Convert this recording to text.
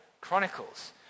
chronicles